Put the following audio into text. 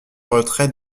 retrait